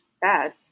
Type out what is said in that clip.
bad